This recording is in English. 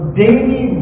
daily